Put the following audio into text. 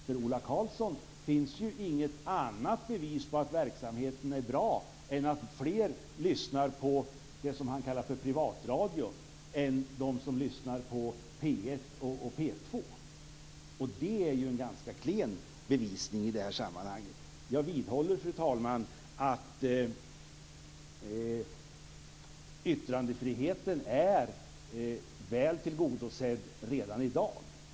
För Ola Karlsson finns inget annat bevis på att verksamheten är bra än att fler lyssnar på det som han kallar för privatradio än på P 1 och P 2, och det är ju en ganska klen bevisning i det här sammanhanget. Jag vidhåller, fru talman, att yttrandefriheten är väl tillgodosedd redan i dag.